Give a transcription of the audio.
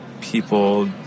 people